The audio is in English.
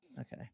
Okay